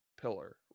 pillar